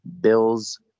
Bills